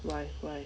why why